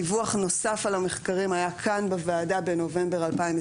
דיווח נוסף על המחקרים היה כאן בוועדה בנובמבר 2021